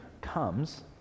comes